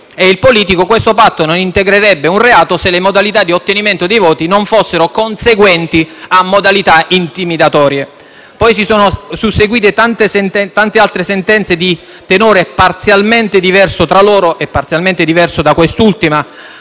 e il politico, questo non integrerebbe un reato se le modalità di ottenimento dei voti non fossero conseguenti a modalità intimidatorie. Poi si sono susseguite tante altre sentenze di tenore parzialmente diverso tra loro e da quest'ultima;